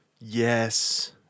Yes